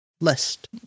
List